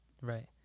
Right